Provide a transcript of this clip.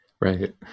right